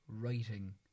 writing